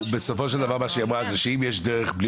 בסופו של דבר מה שהיא אמרה זה שאם יש דרך בלי